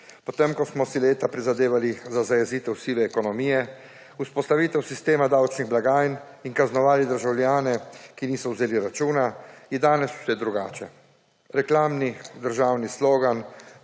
Po tem, ko smo si leta prizadevali za zajezitev sive ekonomije, vzpostavitev sistema davčnih blagajn in kaznovali državljane, ki niso vzeli računa, je danes vse drugače. Reklamni državni slogan